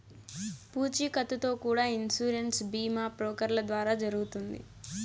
పూచీకత్తుతో కూడా ఇన్సూరెన్స్ బీమా బ్రోకర్ల ద్వారా జరుగుతుంది